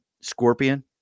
scorpion